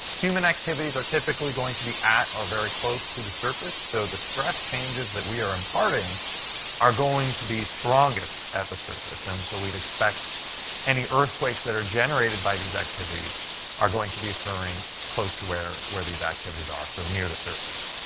human activities are typically going to be at or very close to the surface. so the stress changes that we are imparting are going to be strongest at the surface. and so we'd expect any earthquakes that are generated by these activities are going to be occurring close to where where these activities are, so near the surface.